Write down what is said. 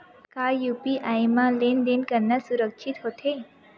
का यू.पी.आई म लेन देन करना सुरक्षित होथे?